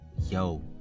yo